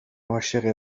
عاشقه